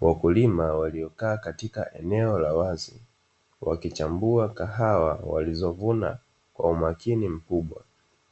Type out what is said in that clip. Wakulima waliokaa katika eneo la wazi wakichambua kahawa walizovuna kwa umakini mkubwa,